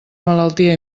malaltia